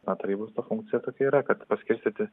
na tarybos ta funkcija tokia yra kad paskirstyti